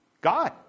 God